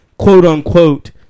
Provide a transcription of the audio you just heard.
quote-unquote